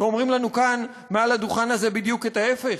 ואומרים לנו כאן מעל לדוכן הזה בדיוק את ההפך?